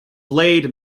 blade